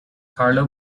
carlo